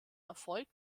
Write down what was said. erfolg